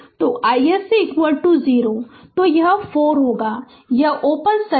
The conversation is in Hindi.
तो iSC 0 तो यह 4 होगा यह ओपन सर्किट है